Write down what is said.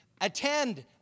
Attend